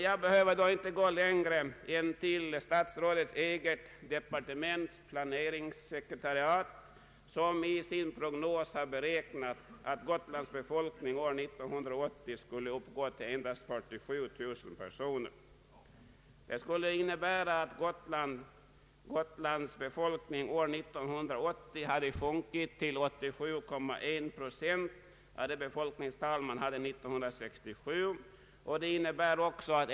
Jag behöver inte gå längre än till statsrådets eget departements planeringssekretariat, som i sin prognos har beräknat att Gotlands befolkning år 1980 endast uppgår till 47 000 personer. Det innebär att Gotlands befolkning år 1980 har sjunkit till 87,1 procent av det befolkningstal man hade år 1967.